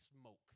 smoke